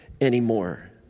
anymore